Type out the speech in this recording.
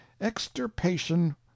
extirpation